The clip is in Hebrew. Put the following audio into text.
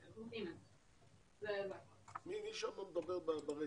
מה העמדה שלכם?